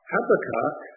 Habakkuk